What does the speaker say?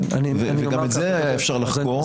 וגם את זה היה אפשר לחקור.